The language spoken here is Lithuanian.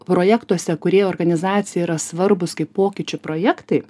projektuose kurie organizacijai yra svarbūs kaip pokyčių projektai